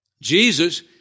Jesus